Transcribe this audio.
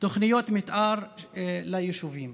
תוכניות מתאר ליישובים.